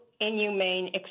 inhumane